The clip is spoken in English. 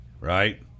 right